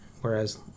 Whereas